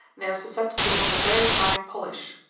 they are susceptible of a very high polish.